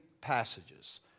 passages